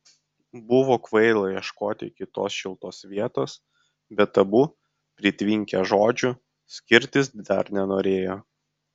buvo kvaila ieškoti kitos šiltos vietos bet abu pritvinkę žodžių skirtis dar nenorėjo